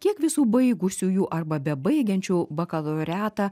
kiek visų baigusiųjų arba bebaigiančių bakalaureatą